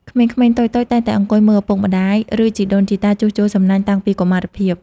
ក្មេងៗតូចៗតែងតែអង្គុយមើលឪពុកម្តាយ ឬជីដូនជីតាជួសជុលសំណាញ់តាំងពីកុមារភាព។